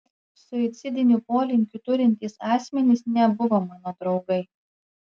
suicidinių polinkių turintys asmenys nebuvo mano draugai